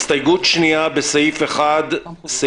הסתייגות 2: סעיף 1(1)(2)